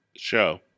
Show